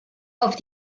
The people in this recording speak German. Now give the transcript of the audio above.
auf